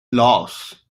laos